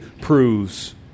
proves